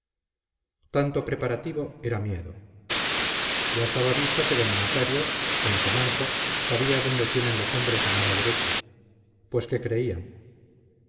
tanto preparativo era miedo ya estaba visto que d nazario aunque manco sabía dónde tienen los hombres la mano derecha pues qué creían